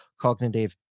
cognitive